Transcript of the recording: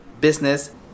business